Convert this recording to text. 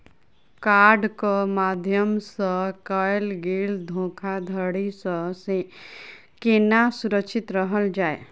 कार्डक माध्यम सँ कैल गेल धोखाधड़ी सँ केना सुरक्षित रहल जाए?